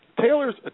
Taylor's